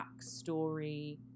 backstory